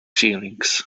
feelings